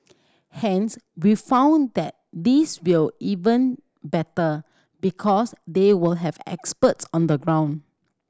hence we found that this will even better because they will have experts on the ground